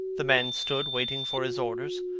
the man stood waiting for his orders.